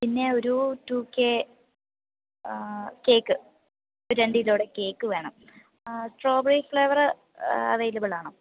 പിന്നെ ഒരു two K cake ഒരു രണ്ട് കിലോയുടെ കേക്ക് വേണം സ്ട്രാബെറി ഫ്ലേവർ അവൈലബിളാണോ